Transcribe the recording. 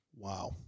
Wow